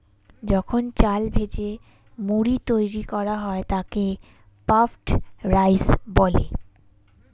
যখন চাল ভেজে মুড়ি তৈরি করা হয় তাকে পাফড রাইস বলে